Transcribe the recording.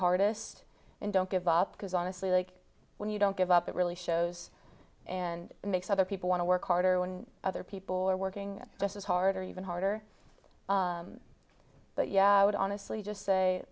hardest and don't give up because honestly like when you don't give up it really shows and makes other people want to work harder when other people are working just as hard or even harder but yeah i would honestly just say